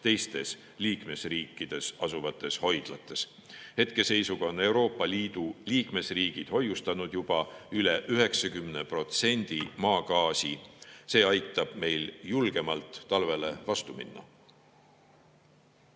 teistes liikmesriikides asuvates hoidlates. Hetkeseisuga on Euroopa Liidu liikmesriigid hoiustanud juba üle 90% tarbitavast maagaasist. See aitab meil julgemalt talvele vastu minna.